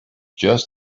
just